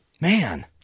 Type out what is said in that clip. Man